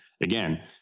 again